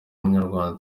umunyarwanda